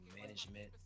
management